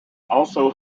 also